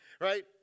right